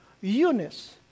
Eunice